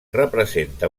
representa